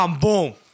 boom